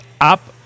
up